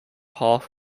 half